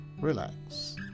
relax